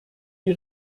die